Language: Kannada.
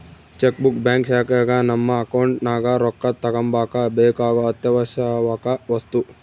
ಚೆಕ್ ಬುಕ್ ಬ್ಯಾಂಕ್ ಶಾಖೆಗ ನಮ್ಮ ಅಕೌಂಟ್ ನಗ ರೊಕ್ಕ ತಗಂಬಕ ಬೇಕಾಗೊ ಅತ್ಯಾವಶ್ಯವಕ ವಸ್ತು